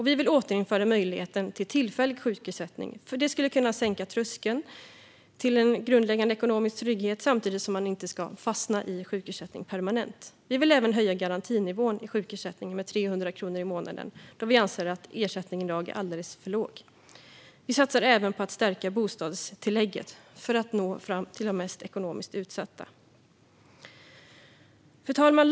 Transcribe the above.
Vi vill återinföra möjligheten till tillfällig sjukersättning, för det skulle kunna sänka tröskeln till en grundläggande ekonomisk trygghet samtidigt som man inte ska fastna i sjukersättning permanent. Vi vill även höja garantinivån i sjukersättningen med 300 kronor i månaden, då vi anser att den i dag är alldeles för låg. Vi satsar även på att stärka bostadstillägget för att nå de mest ekonomiskt utsatta. Fru talman!